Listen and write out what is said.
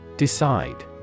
Decide